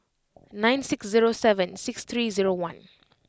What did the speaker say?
nine six zero seven six three zero one